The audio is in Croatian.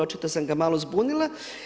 Očito sam ga malo zbunila.